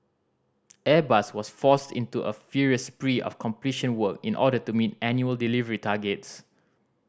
airbus was forced into a furious spree of completion work in order meet annual delivery targets